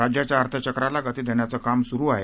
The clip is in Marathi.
राज्याच्या अर्थचक्राला गती देण्याचं काम सुरू आहे